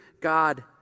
God